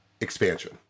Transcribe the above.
expansion